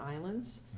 islands